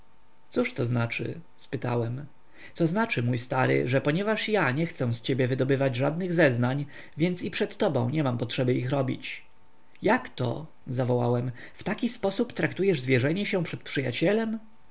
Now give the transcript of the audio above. cóż to znaczy spytałem to znaczy mój stary że ponieważ ja nie chcę z ciebie wydobywać żadnych zeznań więc i przed tobą nie mam potrzeby ich robić jakto zawołałem w taki sposób traktujesz zwierzenie się przed przyjacielem